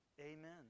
Amen